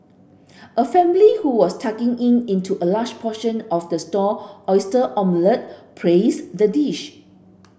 a family who was tucking in into a large portion of the stall oyster omelette praised the dish